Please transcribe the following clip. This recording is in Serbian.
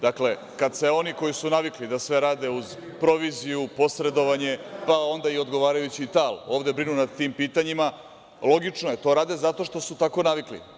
Dakle, kad se oni koji su navikli da sve rade uz proviziju, posredovanje, pa onda i odgovarajući tal, ovde brinu nad tim pitanjima, logično je, to rade zato što su tako navikli.